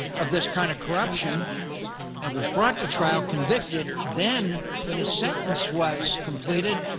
of this kind of corruption and was brought to trial, convicted. then when his sentence was completed,